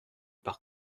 par